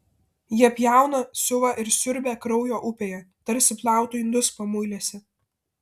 jie pjauna siuva ir siurbia kraujo upėje tarsi plautų indus pamuilėse